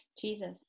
jesus